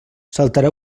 saltarà